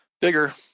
bigger